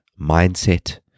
mindset